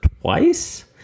twice